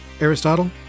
Aristotle